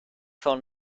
phone